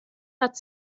hat